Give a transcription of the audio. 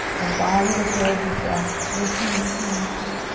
embody the pose with breath. listen, listen, listen.